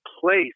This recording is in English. place